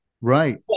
Right